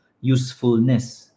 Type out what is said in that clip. usefulness